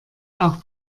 auch